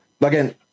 again